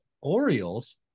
Orioles